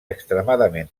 extremadament